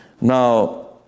Now